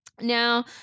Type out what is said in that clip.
Now